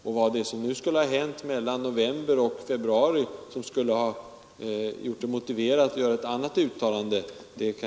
Vad är det som har hänt mellan november och februari och som enligt herr Börjesson har motiverat att nu göra ett annat uttalande?